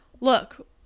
Look